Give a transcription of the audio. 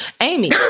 Amy